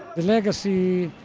the legacy